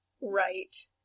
Right